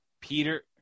Peter